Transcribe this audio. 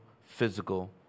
physical